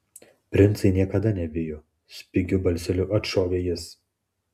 princai niekada nebijo spigiu balseliu atšovė jis